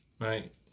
Right